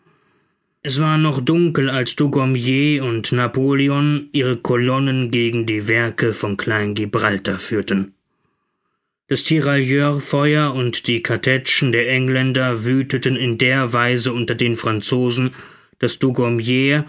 es war noch dunkel als dugommier und napoleon ihre colonnen gegen die werke von kleingibraltar führten das tirailleurfeuer und die kartätschen der engländer wütheten in der weise unter den franzosen daß dugommier